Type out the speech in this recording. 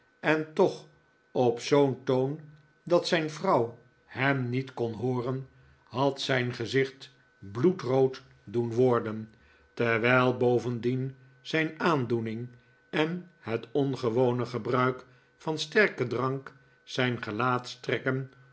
en toch op zoo'n toon dat zijn vrouw hem niet kon hooren had zijn gezicht bloedrood doen worden terwijl bovendien zijn aandoening en het ongewone gebruik van sterken drank zijn